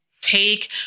take